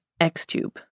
Xtube